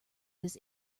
this